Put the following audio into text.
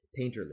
painterly